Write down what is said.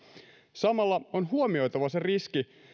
samalla on huomioitava se riski